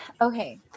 okay